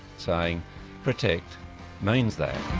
saying protect means that.